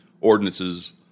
Ordinances